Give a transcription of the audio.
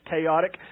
chaotic